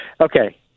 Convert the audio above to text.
Okay